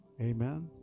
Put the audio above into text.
Amen